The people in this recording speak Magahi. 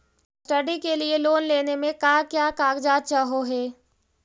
स्टडी के लिये लोन लेने मे का क्या कागजात चहोये?